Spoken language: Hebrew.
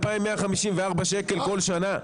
2,154 שקל כל שנה.